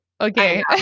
Okay